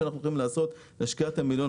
אנחנו מתכוונים להשקיע את ה-1.5 מיליון